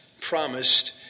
promised